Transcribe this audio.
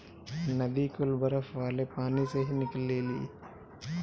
नदी कुल बरफ वाले पानी से ही निकलेली